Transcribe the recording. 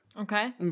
Okay